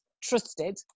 trusted